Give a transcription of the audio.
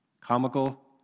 comical